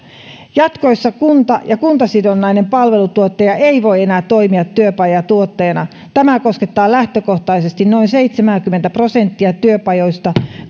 jatkossa kunta ja kuntasidonnainen palveluntuottaja eivät voi enää toimia työpajatuottajana tämä koskettaa lähtökohtaisesti noin seitsemääkymmentä prosenttia työpajoista